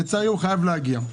לצערי, הוא חייב להגיע.